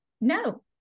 No